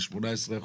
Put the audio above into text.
עם 18%,